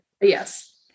Yes